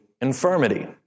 infirmity